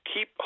keep